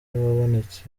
wabonetse